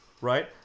right